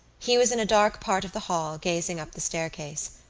he was in a dark part of the hall gazing up the staircase.